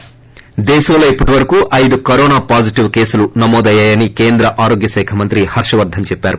ి దేశంలో ఇప్పటి వరకూ ఐదు కరోనా పాజిటివ్ కేసులు నమోదయ్యాయని కేంద్ర ఆరోగ్య శాఖ మంత్రి హర్షవర్దన్ చెప్పారు